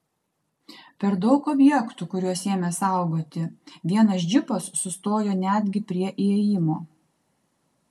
per daug objektų kuriuos ėmė saugoti vienas džipas sustojo netgi prie įėjimo